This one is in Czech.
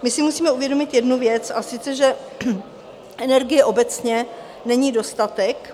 My si musíme si uvědomit jednu věc, a sice že energie obecně není dostatek.